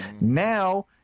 Now